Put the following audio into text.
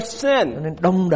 sin